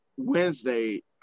Wednesday